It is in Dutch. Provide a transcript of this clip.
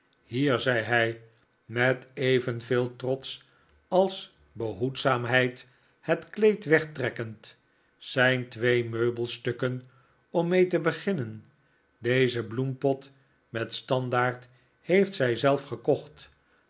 hier zei hij met evenveel trots als behoedzaamheid het kleed wegtrekkend zijn twee meubelstukken om mee te beginnen deze bloempot met standaard heeft zij zelf gegekocht